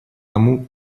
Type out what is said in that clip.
тому